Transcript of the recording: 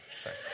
Sorry